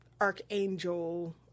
Archangel